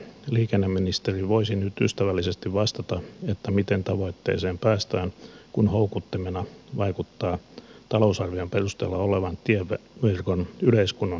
liikenneministeri voisi nyt ystävällisesti vastata miten tavoitteeseen päästään kun houkuttimena vaikuttaa talousarvion perusteella olevan tieverkon yleiskunnon heikentäminen